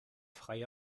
freie